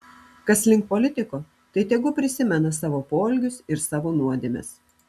kas link politiko tai tegu prisimena savo poelgius ir savo nuodėmes